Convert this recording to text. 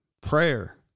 Prayer